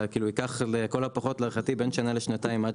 יקח לכל הפחות להערכתי, בין שנה לשנתיים.